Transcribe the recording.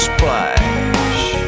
Splash